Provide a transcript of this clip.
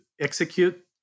execute